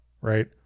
Right